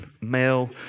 male